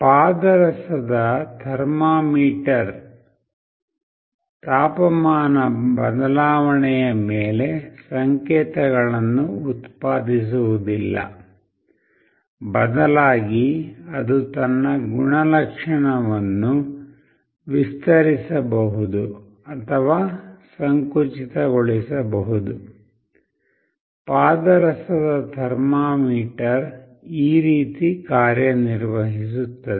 ಪಾದರಸದ thermometer ತಾಪಮಾನ ಬದಲಾವಣೆಯ ಮೇಲೆ ಸಂಕೇತಗಳನ್ನು ಉತ್ಪಾದಿಸುವುದಿಲ್ಲ ಬದಲಾಗಿ ಅದು ತನ್ನ ಗುಣಲಕ್ಷಣವನ್ನು ವಿಸ್ತರಿಸಬಹುದು ಅಥವಾ ಸಂಕುಚಿತಗೊಳಿಸಬಹುದು ಪಾದರಸದ ಥರ್ಮಾಮೀಟರ್ ಈ ರೀತಿ ಕಾರ್ಯನಿರ್ವಹಿಸುತ್ತದೆ